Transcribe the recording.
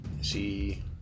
See